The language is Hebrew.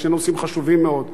שני נושאים חשובים מאוד.